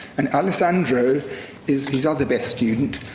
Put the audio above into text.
and alessandro is his other best student.